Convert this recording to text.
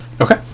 Okay